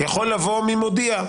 זה יכול לבוא ממודיע,